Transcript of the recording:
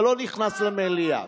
אתה לא נכנס למליאה.